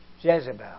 Jezebel